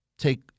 take